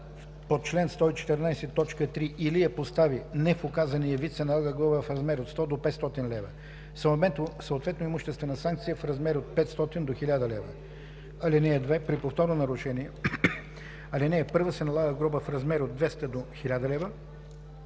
по чл. 114, т. 3 или я постави не в указания вид, се налага глоба в размер от 100 до 500 лв., съответно имуществена санкция в размер от 500 до 1000 лв. (2) При повторно нарушение по ал. 1 се налага глоба в размер от 200 до 1000 лв.,